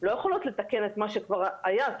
לא יכולות לתקן את מה שכבר היה.